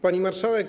Pani Marszałek!